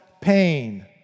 pain